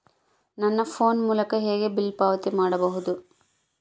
ನನ್ನ ಫೋನ್ ಮೂಲಕ ಹೇಗೆ ಬಿಲ್ ಪಾವತಿ ಮಾಡಬಹುದು?